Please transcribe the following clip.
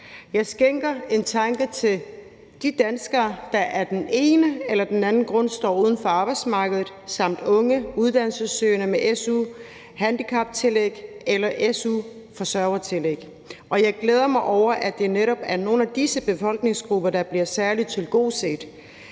Jeg skænker en tanke til de danskere, der af den ene eller anden grund står uden for arbejdsmarkedet, samt unge uddannelsessøgende med su-handicaptillæg eller su-forsørgertillæg, og jeg glæder mig over, at det netop er nogle af disse befolkningsgrupper, der bliver særligt tilgodeset